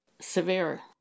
severe